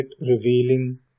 revealing